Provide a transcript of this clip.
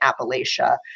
Appalachia